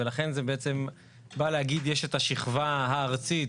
ולכן זה בעצם בא להגיד שיש את השכבה הארצית